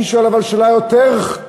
אני שואל אבל שאלה יותר קשה,